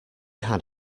had